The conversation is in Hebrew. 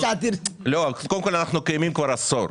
קודם כל אנחנו קיימים כבר עשור.